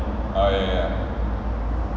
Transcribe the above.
oh ya ya